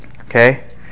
Okay